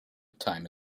time